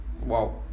wow